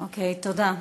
תודה.